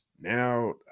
now